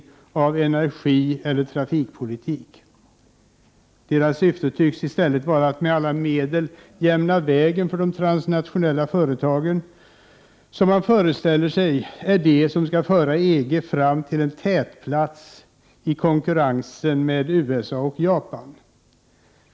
1988/89:129 av energieller trafikpolitik? Nej, deras syfte tycks vara att med alla medel 6 juni 1989 jämna vägen för de transnationella företagen, som man föreställer sig är de som skall föra EG fram till en tätplats i konkurrensen med USA och Japan.